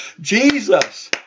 Jesus